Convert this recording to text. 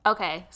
Okay